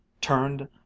turned